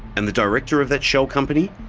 and the director of that shell company,